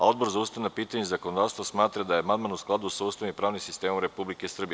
Odbor za ustavna pitanja i zakonodavstvo smatra da je amandman u skladu sa Ustavom i pravnim sistemom Republike Srbije.